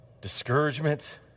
discouragement